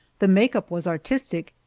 the make-up was artistic,